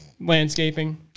landscaping